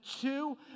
two